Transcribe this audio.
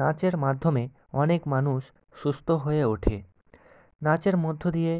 নাচের মাধ্যমে অনেক মানুষ সুস্থ হয়ে ওঠে নাচের মধ্য দিয়ে